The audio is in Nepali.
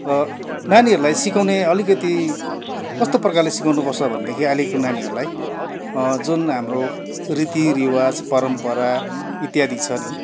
र नानीहरूलाई सिकाउने अलिकिति कस्तो प्रकारले सिकाउनु पर्छ भनेदेखि अहिलेको नानीहरूलाई जुन हाम्रो रीति रिवाज परम्परा इत्यादि छ नि